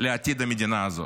לעתיד המדינה הזאת: